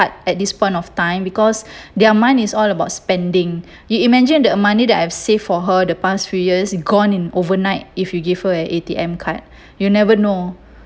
at this point of time because their mind is all about spending you imagine the money that I save for her the past few years gone in overnight if you give her an A_T_M card you'll never know